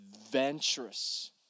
adventurous